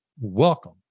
welcome